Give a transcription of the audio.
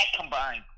combined